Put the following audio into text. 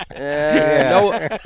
No